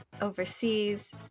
overseas